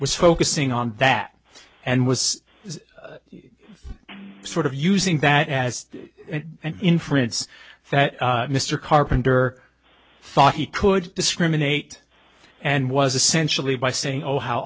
was focusing on that and was sort of using that as an inference that mr carpenter thought he could discriminate and was essentially by saying oh how